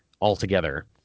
altogether